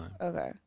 Okay